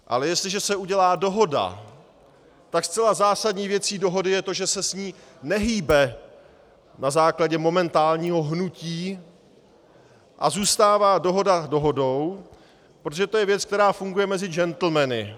Ale jestliže se udělá dohoda, tak zcela zásadní věcí dohody je to, že se s ní nehýbe na základě momentálního hnutí a zůstává dohoda dohodou, protože to je věc, která funguje mezi džentlmeny.